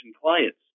clients